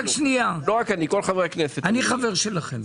חבר שלכם.